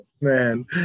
Man